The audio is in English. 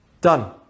Done